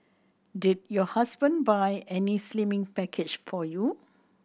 did your husband buy any slimming package for you